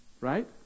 Right